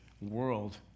world